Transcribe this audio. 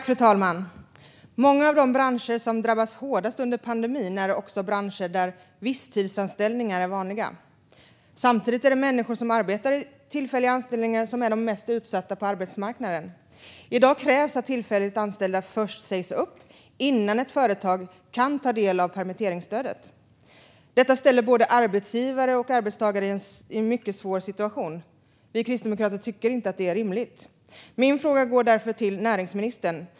Fru talman! Många av de branscher som drabbas hårdast under pandemin är också branscher där visstidsanställningar är vanliga. Samtidigt är det människor som arbetar med tillfälliga anställningar som är de mest utsatta på arbetsmarknaden. I dag krävs det att tillfälligt anställda först sägs upp innan ett företag kan ta del av permitteringsstödet. Detta ställer både arbetsgivare och arbetstagare i en mycket svår situation. Vi kristdemokrater tycker inte att det är rimligt. Min fråga går därför till näringsministern.